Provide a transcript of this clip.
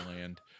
Land